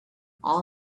all